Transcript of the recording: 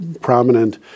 prominent